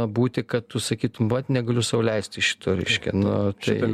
būti kad tu sakytum vat negaliu sau leisti šito reiškia nu tai